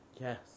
Yes